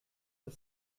das